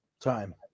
Time